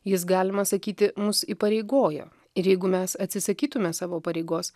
jis galima sakyti mus įpareigojo ir jeigu mes atsisakytume savo pareigos